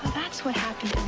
that's what happened